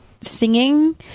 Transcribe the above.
singing